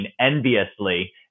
enviously